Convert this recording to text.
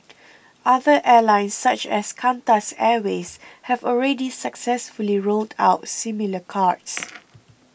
other airlines such as Qantas Airways have already successfully rolled out similar cards